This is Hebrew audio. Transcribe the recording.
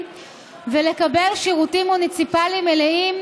ולקבל שירותים מוניציפליים מלאים,